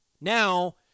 now